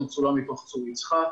זה צולם מתוך צור יצחק,